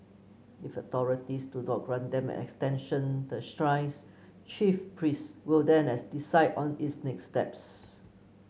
if authorities do not grant them an extension the shrine's chief priest will then as decide on its next steps